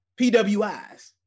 PWIs